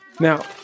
Now